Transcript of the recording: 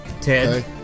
Ted